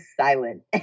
silent